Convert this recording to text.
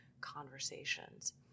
conversations